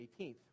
18th